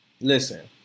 Listen